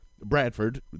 Bradford